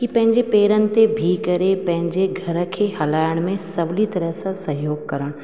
कि पंहिंजे पेरनि ते बीह करे पंहिंजे घर खे हलाइण में सहुली तरह सां सहयोग करणु